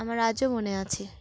আমার আজও মনে আছে